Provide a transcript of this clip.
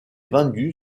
vendu